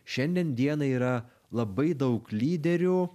šiandien dienai yra labai daug lyderių